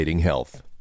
health